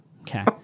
Okay